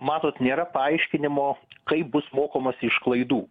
matot nėra paaiškinimo kaip bus mokomasi iš klaidų